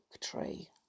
tree